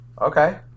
Okay